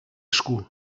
esku